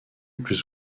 plus